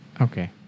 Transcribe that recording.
Okay